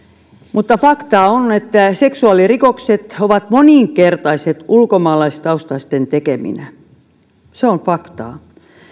mutta fakta on että seksuaalirikokset ovat moninkertaiset ulkomaalaistaustaisten tekeminä se on faktaa